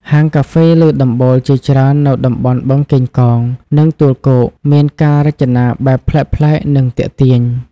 ហាងកាហ្វេលើដំបូលជាច្រើននៅតំបន់បឹងកេងកង និងទួលគោក មានការរចនាបែបប្លែកៗ និងទាក់ទាញ។